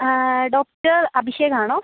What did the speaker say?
ആ ഡോക്ടർ അഭിഷേകാണോ